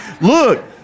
Look